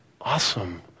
awesome